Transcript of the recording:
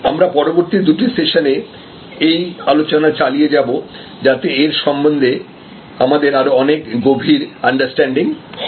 আমরা পরবর্তী দুটি সেশানে এই আলোচনা চালিয়ে যাব যাতে এর সম্বন্ধে আমাদের আরো অনেক গভীর আন্ডারস্ট্যান্ডিং হয়